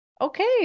Okay